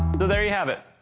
so there you have it!